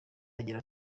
agira